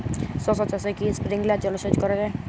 শশা চাষে কি স্প্রিঙ্কলার জলসেচ করা যায়?